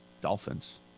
Dolphins